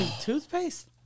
toothpaste